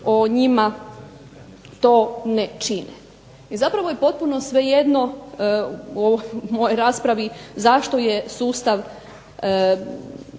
o njima to ne čine. I zapravo je potpunu svejedno u ovoj mojoj raspravi zašto je sustav